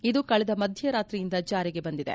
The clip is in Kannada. ಇದು ಕಳೆದ ಮಧ್ಯರಾತ್ರಿಯಿಂದ ಜಾರಿಗೆ ಬಂದಿದೆ